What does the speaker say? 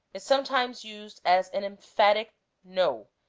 is sometimes used as an emphatic no,